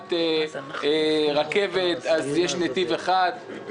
לטובת רכבת אז יש נתיב אחד.